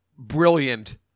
brilliant